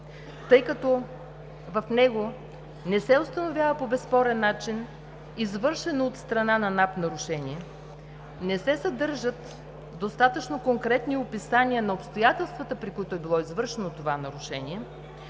тъй като в него не се установява по безспорен начин извършено от страна на НАП нарушение, не се съдържат достатъчно конкретни описания на обстоятелствата, при които е било извършено това нарушение,